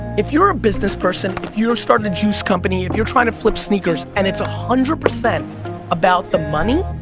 if you're a business person, if you're startin' a juice company, if you're tryin' to flip sneakers, and it's one ah hundred percent about the money,